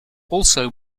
also